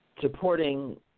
supporting